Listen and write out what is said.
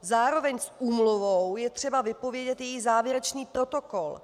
Zároveň s úmluvou je třeba vypovědět její závěrečný protokol.